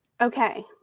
Okay